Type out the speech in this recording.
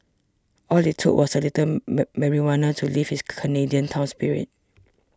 all it took was a little marijuana to lift this Canadian town's spirits